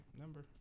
number